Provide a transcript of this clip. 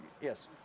Yes